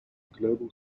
global